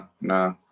nah